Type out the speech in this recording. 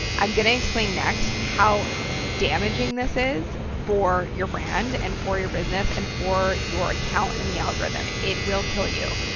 i'm going to explain next how damaging this is for your brand, and for your business, and for your account in the algorithm. it will kill you,